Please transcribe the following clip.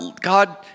God